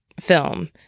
film